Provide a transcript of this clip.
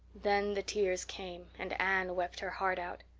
then the tears came and anne wept her heart out.